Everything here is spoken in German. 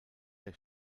der